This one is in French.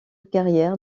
carrière